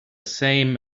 same